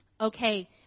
Okay